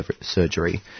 surgery